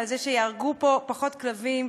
על זה שיהרגו פה פחות כלבים.